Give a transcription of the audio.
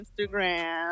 Instagram